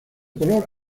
color